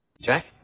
Jack